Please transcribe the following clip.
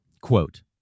quote